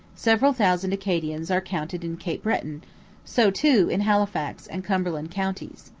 several thousand acadians are counted in cape breton so, too, in halifax and cumberland counties.